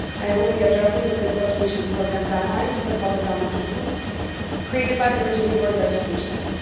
i will be addressing the physical education program guidelines for public elementary schools created by the virginia board of education,